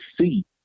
see